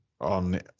on